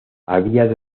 había